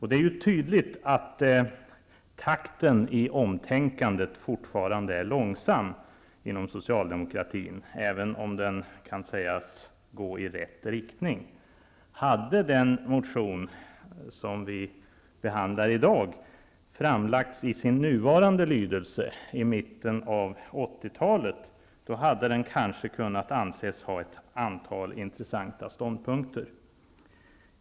Det är tydligt att takten när det gäller socialdemokratins omtänkande fortfarande är långsam, även om man beträffande takten kan säga att det går i rätt riktning. Om den motion som vi i dag behandlar hade framlagts med sin nuvarande lydelse i mitten av 80-talet, skulle man kanske ha kunnat anse att den innehöll ett antal intressanta ståndpunkter.